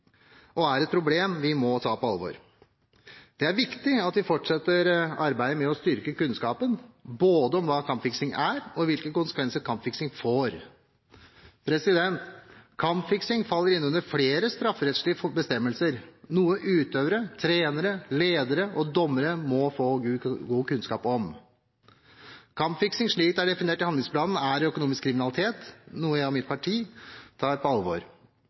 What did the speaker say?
og er et problem vi må ta på alvor. Det er viktig at vi fortsetter arbeidet med å styrke kunnskapen om både hva kampfiksing er, og hvilke konsekvenser kampfiksing får. Kampfiksing faller inn under flere strafferettslige bestemmelser, noe utøvere, trenere, ledere og dommere må få god kunnskap om. Kampfiksing, slik det er definert i handlingsplanen, er økonomisk kriminalitet, noe jeg og mitt parti tar på alvor.